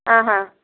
ಹಾಂ ಹಾಂ